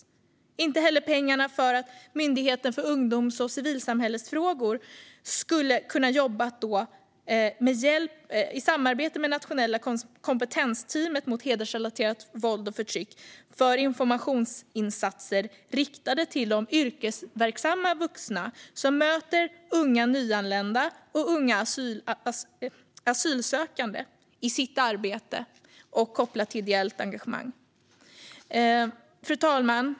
Det hade inte heller funnits pengar för att Myndigheten för ungdoms och civilsamhällesfrågor skulle kunna jobba i samarbete med Nationella kompetensteamet mot hedersrelaterat våld och förtryck för informationsinsatser riktade till de yrkesverksamma vuxna som möter unga nyanlända och unga asylsökande i sitt arbete och kopplat till ideellt engagemang. Fru talman!